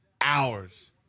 hours